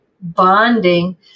bonding